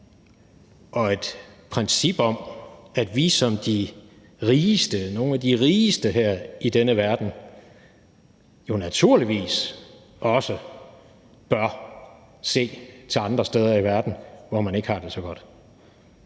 og et princip om, at vi som de rigeste, nogle af de rigeste her i denne verden, jo naturligvis også bør se til andre steder i verden, hvor man ikke har det så godt.